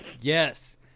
Yes